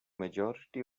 majority